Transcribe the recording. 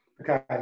Okay